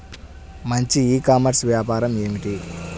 మంచి e commerce వ్యాపారం ఏమిటీ?